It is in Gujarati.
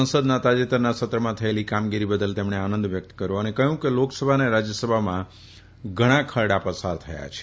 સંસદના તાજેતરના સત્રમાં થયેલી કામગીરી બદલ તેમણે આનંદ વ્યક્ત કર્યો અને કહ્યું કે લોકસભા અને રાજ્યસભામાં ઘણા ખરડા પસાર થયા છે